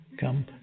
come